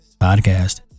Podcast